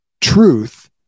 truth